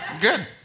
Good